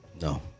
No